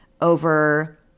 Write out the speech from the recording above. over